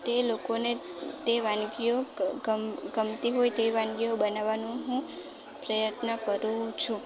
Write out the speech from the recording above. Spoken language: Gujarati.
તે લોકોને તે વાનગીઓ ગમતી હોય તે વાનગીઓ બનાવવાનું હું પ્રયત્ન કરું છું